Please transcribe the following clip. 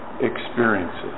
experiences